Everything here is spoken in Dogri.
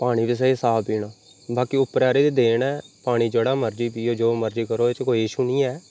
पानी बी स्हेई साफ पीना बाकी उप्पर आह्ले दी देन ऐ पानी जेह्ड़ा मर्ज़ी पिओ जो मर्ज़ी करो इसी कोई ईशु नि ऐ